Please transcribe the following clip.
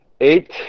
Eight